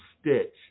stitch